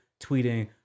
tweeting